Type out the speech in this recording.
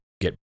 get